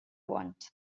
want